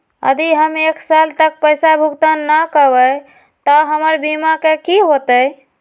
यदि हम एक साल तक पैसा भुगतान न कवै त हमर बीमा के की होतै?